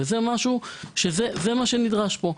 זה מה שנדרש פה.